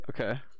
Okay